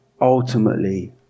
ultimately